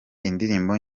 indirimbo